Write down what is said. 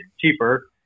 cheaper